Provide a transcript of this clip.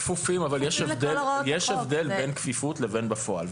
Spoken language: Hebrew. הם כפופים אבל יש הבדל בין כפיפות לבין בפועל.